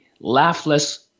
laughless